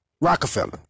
Rockefeller